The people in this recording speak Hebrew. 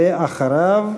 ואחריו,